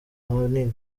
hanini